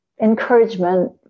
encouragement